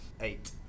Eight